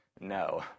No